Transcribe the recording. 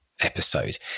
episode